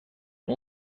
اون